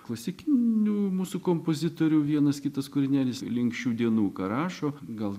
klasikinių mūsų kompozitorių vienas kitas kūrinėlis link šių dienų ką rašo gal